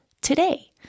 today